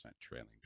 trailing